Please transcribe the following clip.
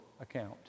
account